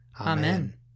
Amen